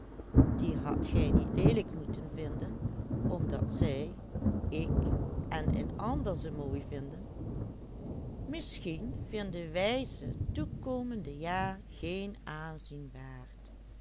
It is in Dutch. een ander ze mooi vinden misschien vinden wij ze toekomende jaar geen